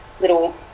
little